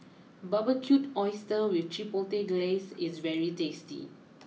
Barbecued Oysters with Chipotle Glaze is very tasty